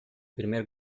primer